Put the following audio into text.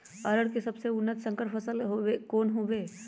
अरहर के सबसे उन्नत संकर फसल कौन हव?